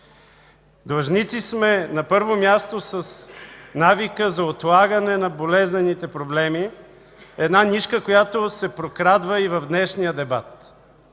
Длъжници сме, на първо място, с навика за отлагане на болезнените проблеми – една нишка, която се прокрадва и в днешния дебат.